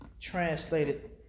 translated